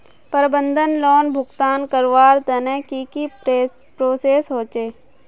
प्रबंधन लोन भुगतान करवार तने की की प्रोसेस होचे?